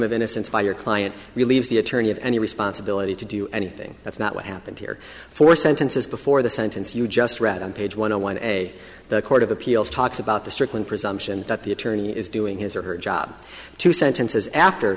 of innocence by your client relieves the attorney of any responsibility to do anything that's not what happened here four sentences before the sentence you just read on page one a one a court of appeals talks about the strickland presumption that the attorney is doing his or her job two sentences after